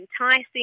enticing